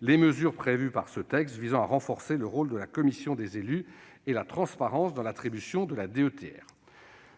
les mesures prévues par ce texte visant à renforcer le rôle de la commission des élus et la transparence dans l'attribution de la DETR.